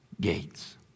gates